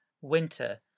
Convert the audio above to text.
winter